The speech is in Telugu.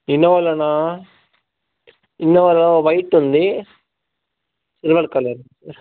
ఇన్నోవాలోనా ఇన్నోవాలో వైట్ ఉంది సిల్వర్ కలర్